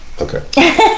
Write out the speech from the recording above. Okay